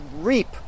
reap